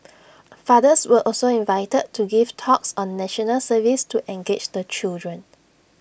fathers were also invited to give talks on National Service to engage the children